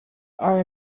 are